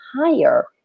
higher